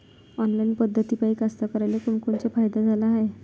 Online पद्धतीपायी कास्तकाराइले कोनकोनचा फायदा झाला हाये?